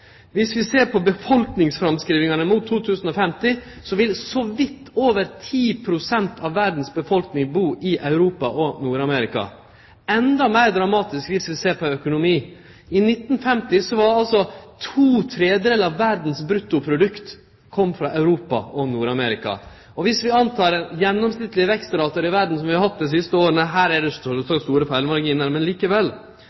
vi ser på befolkningsframskrivingane mot 2050, vil så vidt over 10 pst. av verdas befolkning bu i Europa og Nord-Amerika. Det er endå meir dramatisk dersom vi ser på økonomien. I 1950 kom altså to tredelar av verdas bruttoprodukt frå Europa og Nord-Amerika. Dersom vi ser på dei gjennomsnittlege vekstratane i verda dei siste åra – her er det